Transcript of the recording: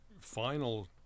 final